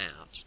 out